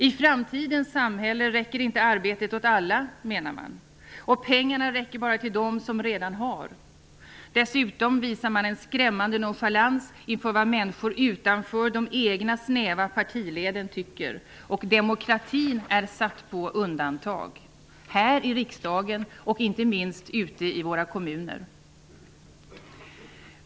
I framtidens samhälle räcker inte arbetena åt alla, menar man. Pengarna räcker bara till dem som redan har. Dessutom visar man en skrämmande nonchalans inför vad människor utanför de egna snäva partileden tycker. Demokratin är satt på undantag -- här i riksdagen och inte minst ute i våra kommuner.